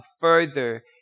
further